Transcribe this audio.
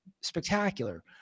spectacular